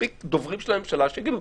מספיק דוברים של הממשלה שיגידו.